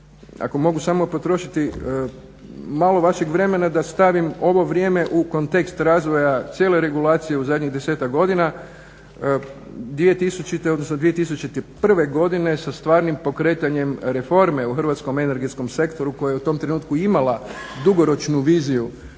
Ako mogu samo potrošiti malo vašeg vremena da stavim ovo vrijeme u kontekst razvoja cijele regulacije u zadnjih desetak godina. 2000., odnosno 2001. sa stvarnim pokretanjem reforme u hrvatskom energetskom sektoru koji je u tom trenutku imala dugoročna vizija